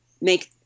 make